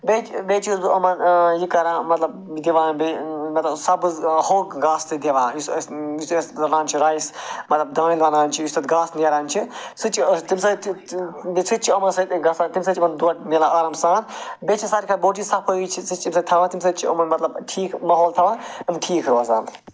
بیٚیہِ بیٚیہِ چھُس بہٕ یِمَن یہِ کران مطلب دِوان بیٚیہِ مَطلَب سبٕز ہوٚکھ گاسہٕ تہِ دِوان یُس أسۍ یُتھُے أسۍ لونان چھِ رایِس مَطلَب دانہِ لونان چھِ یُس تَتھ گاسہٕ نیران چھِ سُہ تہِ چھِ أسۍ تَمہِ سۭتۍ تہِ تہِ بیٚیہِ سُہ تہِ چھِ یِمَن سۭتۍ گَژھان تَمہِ سۭتۍ چھِ یِمَن دۄد مِلان آرام سان بیٚیہِ چھِ ساروے کھۄتہ بوٚڈ چیٖز صفٲیی چھِ سُہ تہِ چھُس بہٕ تھاوان تَمہِ سۭتۍ چھِ یِمَن مَطلَب ٹھیٖک ماحول تھاوان یِم ٹھیٖک روزان